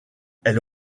elle